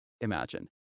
imagine